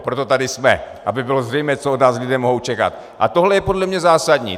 Proto tady jsme, aby bylo zřejmé, co od nás lidé mohou čekat, a tohle je podle mne zásadní.